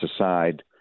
aside